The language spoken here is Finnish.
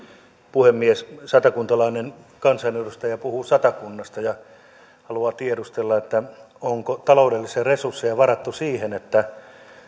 puhemies satakuntalainen kansanedustaja puhuu satakunnasta ja haluaa tiedustella onko taloudellisia resursseja varattu siihen että